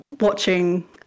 watching